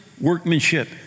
workmanship